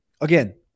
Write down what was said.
Again